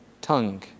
tongue